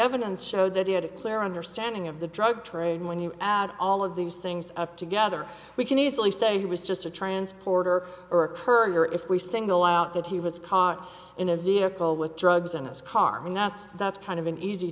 evidence showed that he had a clear understanding of the drug trade and when you add all of these things up together we can easily say he was just a transporter or a courier if we single out that he was caught in a vehicle with drugs in his car and that's that's kind of an easy